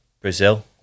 Brazil